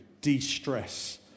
de-stress